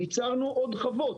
ייצרנו עוד חוות.